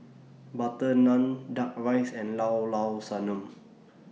Butter Naan Duck Rice and Llao Llao Sanum